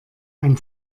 ein